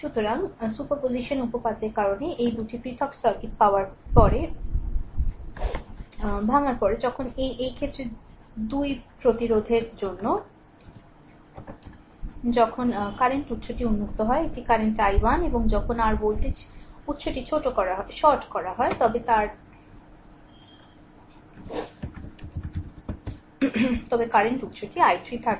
সুতরাং সুপারপজিশন উপপাদ্যের কারণে এই 2 টি পৃথক সার্কিট পাওয়ার পরে ভাঙ্গার পরে এখন এই ক্ষেত্রে 2 প্রতিরোধের জন্য যখন কারেন্ট উত্সটি উন্মুক্ত হয় এটি কারেন্ট i1 এবং যখন আর ভোল্টেজ উত্সটি শর্ট করা হয় তবে কারেন্ট উত্সটি i3 থাকে